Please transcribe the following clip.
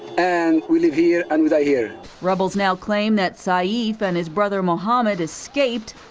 and we live here, and we die here rebels now claim that saif and his brother, mohammed, escaped.